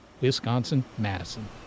Wisconsin-Madison